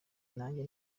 nanjye